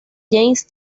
james